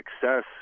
success –